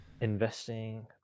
Investing